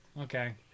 Okay